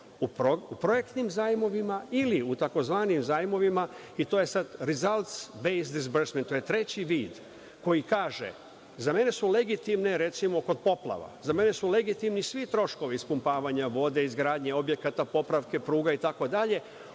u projektnim zajmovima, ili u tzv. zajmovima i to je sada results based disbursements, to je treći vid koji kaže, recimo kod poplava, za mene su legitimni svi troškovi ispumpavanja vode, izgradnje objekata, popravke pruga, itd,